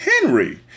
Henry